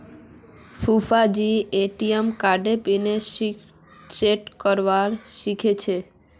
फूफाजीके ए.टी.एम कार्डेर pin set करवा सीखा छि